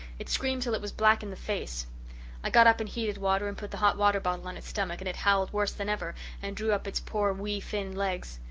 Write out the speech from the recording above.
it screamed till it was black in the face i got up and heated water and put the hot-water bottle on its stomach, and it howled worse than ever and drew up its poor wee thin legs.